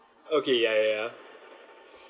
okay ya ya ya